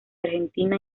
argentina